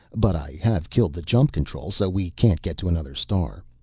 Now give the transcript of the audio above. but i have killed the jump control so we can't get to another star.